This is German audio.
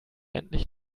endlich